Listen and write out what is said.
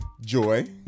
Joy